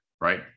right